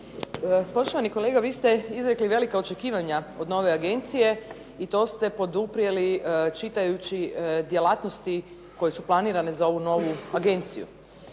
Poštovani kolega, vi ste izrekli velika očekivanja od nove agencije i to ste poduprijeli čitajući djelatnosti koje su planirane za ovu novu agenciju.